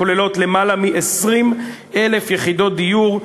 הכוללות יותר מ-20,000 יחידות דיור.